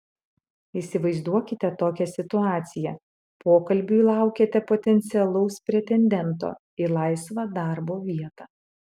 įsivaizduokite tokią situaciją pokalbiui laukiate potencialaus pretendento į laisvą darbo vietą